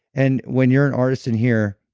and when you're an artist in here,